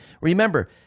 Remember